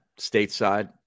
stateside